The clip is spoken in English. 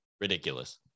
ridiculous